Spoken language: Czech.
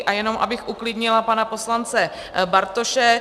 A jenom abych uklidnila pana poslance Bartoše.